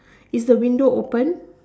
is the window open